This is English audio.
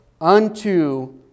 unto